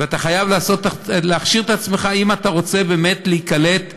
ואתה חייב להכשיר את עצמך אם אתה רוצה באמת להיקלט בעבודה,